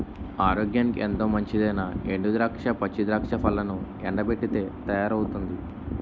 ఆరోగ్యానికి ఎంతో మంచిదైనా ఎండు ద్రాక్ష, పచ్చి ద్రాక్ష పళ్లను ఎండబెట్టితే తయారవుతుంది